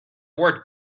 word